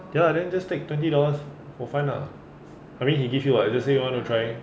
ya then just take twenty dollars for fun lah I mean he give you [what] just say you want to try